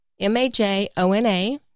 M-A-J-O-N-A